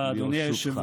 תודה, אדוני היושב-ראש.